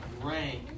rank